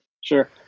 sure